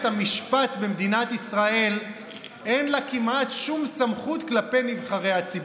המשפט במדינת ישראל אין לה כמעט שום סמכות כלפי נבחרי הציבור.